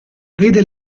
vede